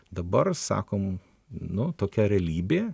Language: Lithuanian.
dabar sakom nu tokia realybė